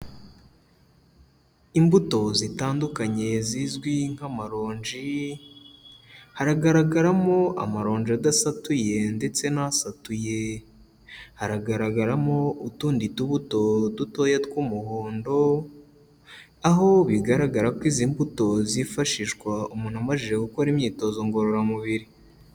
Imbuto zitandukanye zizwi nk'amaronji haragaragaramo amaronji adasatuye ndetse n'asatuye, haragaragaramo utundi tubuto dutoya tw'umuhondo, aho bigaragara ko izi mbuto zifashishwa umuntu amajije gukora imyitozo ngororamubiri.